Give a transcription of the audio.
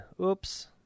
Oops